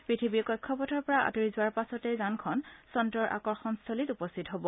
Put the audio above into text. পৃথিৱীৰ কক্ষপথৰ পৰা আঁতৰি যোৱাৰ পাছতে চন্দ্ৰৰ আকৰ্যনস্থলী উপস্থিত হ'ব